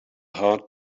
hard